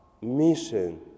mission